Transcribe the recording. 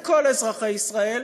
לכל אזרחי ישראל,